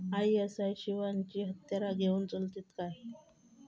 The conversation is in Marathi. आय.एस.आय शिवायची हत्यारा घेऊन चलतीत काय?